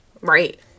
Right